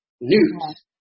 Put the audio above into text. news